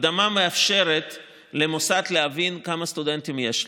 מקדמה מאפשרת למוסד להבין כמה סטודנטים יש לו.